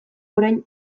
orain